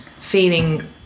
feeling